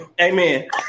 amen